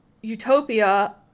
Utopia